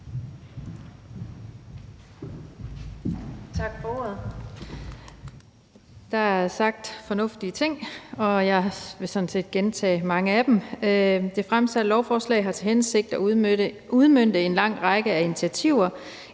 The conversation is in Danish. Der er sagt fornuftige ting, og jeg vil så gentage mange af dem. Det fremsatte lovforslag har til hensigt at udmønte en lang række af initiativer,